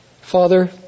Father